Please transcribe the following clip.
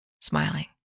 smiling